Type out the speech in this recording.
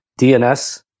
DNS